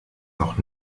noch